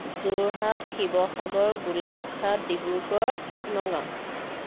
Jorhat Sivasagar Golaghat Dibrugarh Nagaon